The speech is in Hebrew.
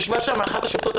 ישבה שם אחת השופטות.